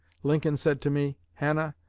lincoln said to me, hannah,